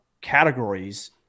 categories